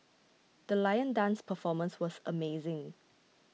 the lion dance performance was amazing